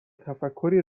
تفکری